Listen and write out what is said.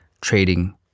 trading